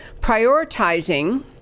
prioritizing